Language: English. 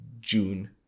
June